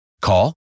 Call